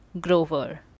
Grover